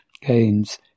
gains